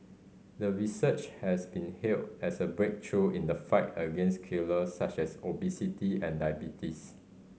the research has been hailed as a breakthrough in the fight against killers such as obesity and diabetes